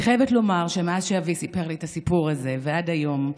אני חייבת לומר שמאז שאבי סיפר לי את הסיפור הזה ועד היום,